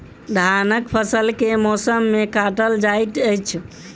धानक फसल केँ मौसम मे काटल जाइत अछि?